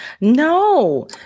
No